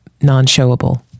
non-showable